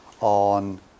on